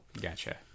Gotcha